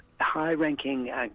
high-ranking